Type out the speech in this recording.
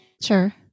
Sure